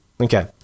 Okay